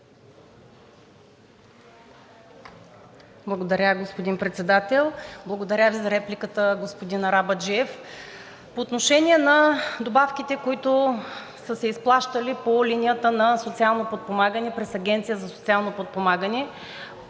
Благодаря, господин Председател. Благодаря Ви за репликата, господин Арабаджиев. По отношение на добавките, които са се изплащали по линията на социално подпомагане през Агенцията за социално подпомагане.